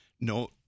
no